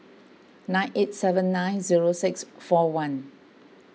nine eight seven nine zero six four one